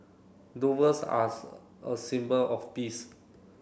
are a symbol of peace